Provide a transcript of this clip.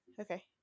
Okay